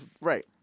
right